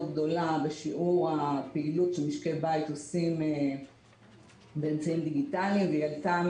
גדולה בשיעור הפעילות שמשקי בית עושים באמצעים דיגיטליים והיא עלתה